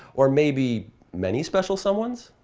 or maybe many special someones?